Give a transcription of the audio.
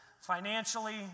financially